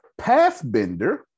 Pathbender